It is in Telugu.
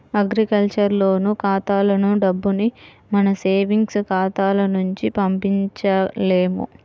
అగ్రికల్చర్ లోను ఖాతాలకు డబ్బుని మన సేవింగ్స్ ఖాతాల నుంచి పంపించలేము